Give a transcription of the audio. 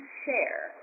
share